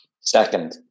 Second